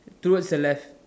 towards the left